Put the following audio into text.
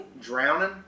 drowning